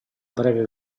breve